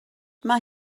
mae